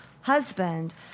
husband